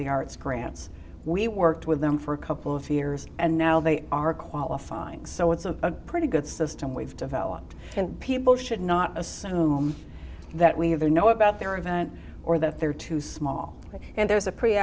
the arts grants we worked with them for a couple of years and now they are qualifying so it's a pretty good system we've developed and people should not assume that we have you know about their event or that they're too small and